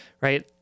right